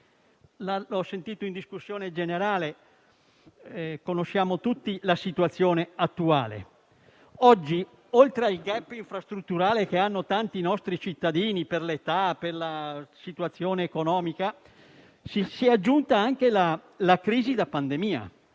ho sentito in discussione generale, tutti conosciamo la situazione attuale: oggi oltre ai *gap* infrastrutturali che hanno tanti nostri cittadini, per l'età e per la situazione economica, si è aggiunta anche la crisi da pandemia.